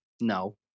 No